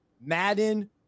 Madden